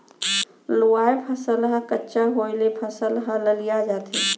लूवाय फसल ह कच्चा होय ले फसल ह ललिया जाथे